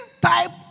type